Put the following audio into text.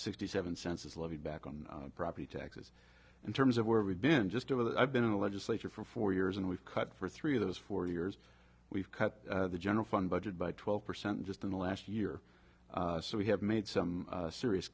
sixty seven cents is levied back on property taxes in terms of where we've been just over the i've been in the legislature for four years and we've cut for three of those four years we've cut the general fund budget by twelve percent just in the last year so we have made some serious